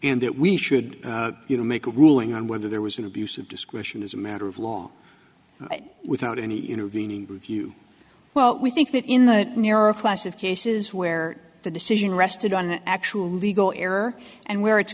and that we should you know make a ruling on whether there was an abuse of discretion as a matter of law without any intervening if you well we think that in that narrow class of cases where the decision rested on actual legal error and where it's